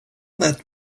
that